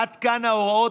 עד כאן ההוראות.